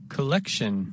Collection